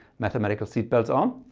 mathematical seatbelts on?